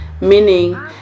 meaning